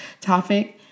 topic